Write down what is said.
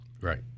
Right